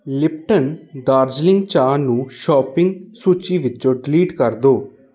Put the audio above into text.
Lipton Darjeeling ਚਾਹ ਨੂੰ shopping ਸੂਚੀ ਵਿੱਚੋਂ ਡਿਲੀਟ ਕਰ ਦਿਉ